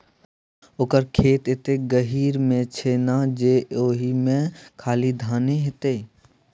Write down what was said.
ओकर खेत एतेक गहीर मे छै ना जे ओहिमे खाली धाने हेतै